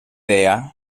deia